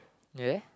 ya